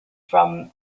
from